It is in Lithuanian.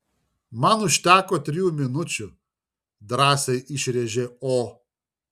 man užteko trijų minučių drąsiai išrėžė o